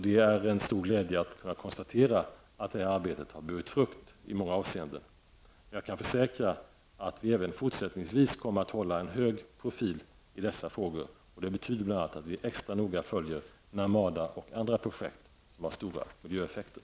Det är en stor glädje att kunna konstatera att det arbetet har burit frukt i många avseenden. Jag kan försäkra att vi även fortsättningsvis kommer att hålla en hög profil i dessa frågor. Det betyder bl.a. att vi extra noga följer Narmada och andra projekt som har stora miljöeffekter.